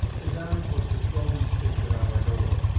his ar'n'd was to throw these sticks at our door,